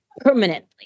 permanently